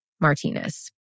Martinez